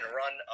run